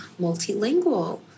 multilingual